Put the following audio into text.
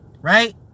right